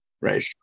Right